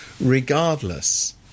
regardless